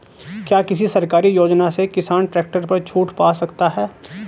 क्या किसी सरकारी योजना से किसान ट्रैक्टर पर छूट पा सकता है?